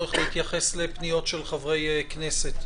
צורך להתייחס לפניות של חברי כנסת,